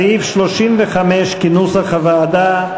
סעיף 35 כנוסח הוועדה,